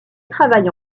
travaille